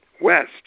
west